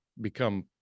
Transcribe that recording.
become